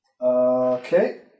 Okay